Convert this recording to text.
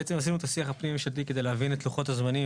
בעצם עשינו את השיח הפנים ממשלתי כדי להבין את לוחות הזמנים,